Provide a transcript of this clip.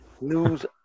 news